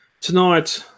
Tonight